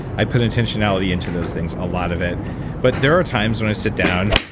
i put intentionality into those things, a lot of it but there are times when i sit down,